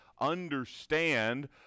understand